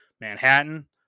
Manhattan